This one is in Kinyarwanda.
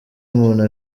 umuntu